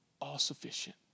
All-Sufficient